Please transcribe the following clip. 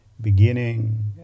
beginning